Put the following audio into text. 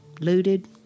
looted